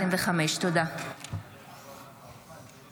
חברת הכנסת שלי טל מירון, בבקשה.